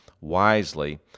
wisely